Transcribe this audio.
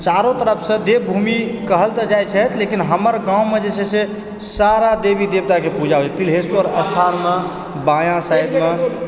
चारो तरफसँ देवभूमि कहल तऽ जाइ छथि लेकिन हमर गाँवमे जे छै से सारा देवी देवताके पूजा होइ छै तिल्हेश्वर स्थानमे बाँया साइडमे